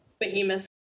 behemoth